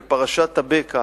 בפרשת "טבקה"